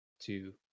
two